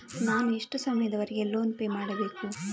ನಾನು ಎಷ್ಟು ಸಮಯದವರೆಗೆ ಲೋನ್ ಪೇ ಮಾಡಬೇಕು?